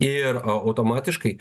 ir automatiškai